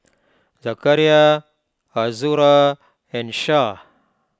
Zakaria Azura and Syah